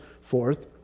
forth